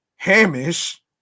hamish